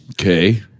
Okay